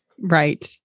right